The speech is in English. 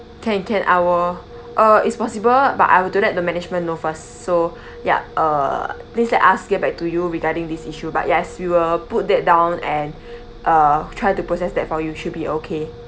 can can I will uh it's possible but I would have to let the management know first so ya uh please let us get back to you regarding this issue but yes we will put that down and uh try to process that for you should be okay